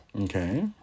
Okay